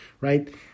right